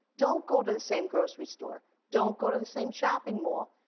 don't go to the same grocery store. don't go to the same shopping mall.